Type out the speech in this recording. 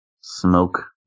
smoke